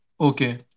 Okay